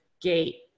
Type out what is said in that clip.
gate